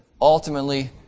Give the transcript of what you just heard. Ultimately